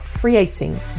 creating